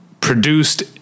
produced